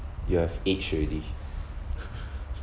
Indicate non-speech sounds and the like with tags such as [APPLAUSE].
you have aged already [LAUGHS]